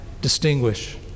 distinguish